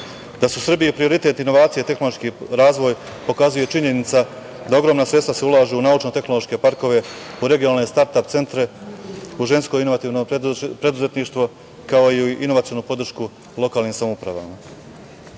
su Srbiji prioritet inovacije, tehnološki razvoj pokazuje činjenica da se ogromna sredstva ulažu u naučno-tehnološke parkove, u regionalne start-ap centre, u žensko inovativno preduzetništvo, kao i u inovacionu podršku u lokalnim samoupravama. Kada